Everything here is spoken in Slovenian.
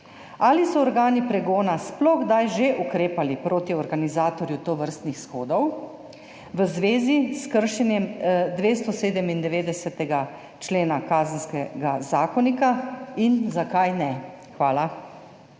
Ali so organi pregona sploh že kdaj ukrepali proti organizatorju tovrstnih shodov v zvezi s kršenjem 297. člena Kazenskega zakonika in zakaj ne? Hvala.